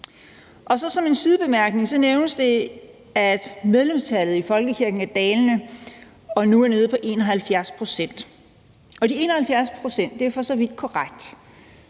Som en sidebemærkning nævnes det, at medlemstallet for folkekirken er dalende og nu er nede på 71 pct. Det er for så vidt korrekt,